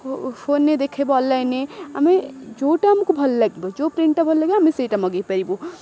ଫୋନ୍ରେ ଦେଖାଇବୁ ଅନଲାଇନ୍ ଆମେ ଯେଉଁଟା ଆମକୁ ଭଲ ଲାଗିବ ଯେଉଁ ପ୍ରିଣ୍ଟ୍ଟା ଭଲ ଲାଗିବ ଆମେ ସେଇଟା ମଗାଇପାରିବୁ